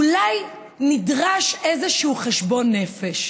אולי נדרש איזשהו חשבון נפש.